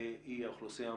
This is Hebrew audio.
היא האוכלוסייה המבוגרת.